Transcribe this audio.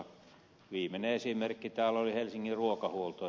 viimeinen esimerkki täällä oli helsingin ruokahuolto